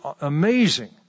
amazing